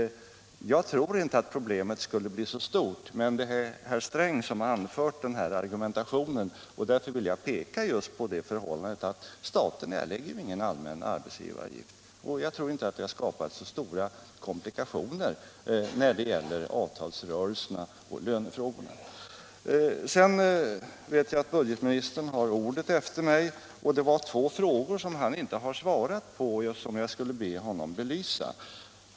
Jag tror inte att problemet skulle bli så stort, men det är herr Sträng som har anfört den här argumentationen. Därför vill jag peka just på det förhållandet att staten inte erlägger någon allmän arbetsgivaravgift. Jag tror inte att det har skapat så stora komplikationer när det gäller avtalsrörelserna och lönefrågorna. Jag vet att budgetministern har ordet efter mig och det var två frågor han inte svarade på, som jag vill be honom belysa.